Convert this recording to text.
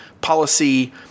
policy